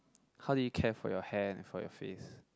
how did you care for your hand and for your face